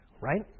right